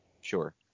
sure